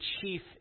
chief